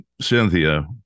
Cynthia